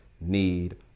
need